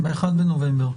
ב-1 בנובמבר.